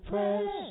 Press